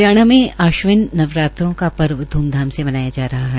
हरियाणा में आश्विन नवरात्रों का पर्व ध्मधाम से मनाया जा रहा है